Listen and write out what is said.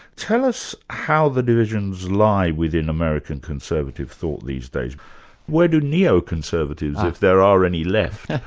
tell us how the divisions lie within american conservative thought these days where do neo-conservatives, if there are any left,